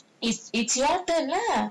it's it's your turn lah